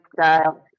style